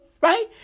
right